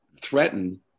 threaten